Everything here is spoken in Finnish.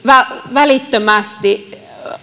välittömästi